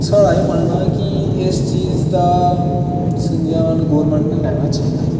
साढ़ा एह् मनना कि इस चीज दा संज्ञान गोरमैंट नै लेना चाहिदा